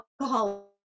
alcohol